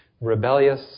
rebellious